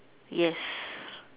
yes